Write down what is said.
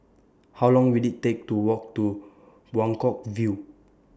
How Long Will IT Take to Walk to Buangkok View